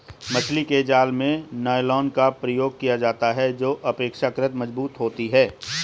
मछली के जाल में नायलॉन का प्रयोग किया जाता है जो अपेक्षाकृत मजबूत होती है